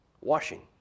Washing